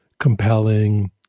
compelling